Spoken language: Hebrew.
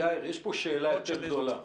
יאיר, יש פה שאלה יותר גדולה,